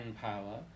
power